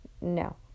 No